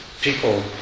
people